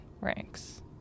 ranks